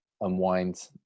unwind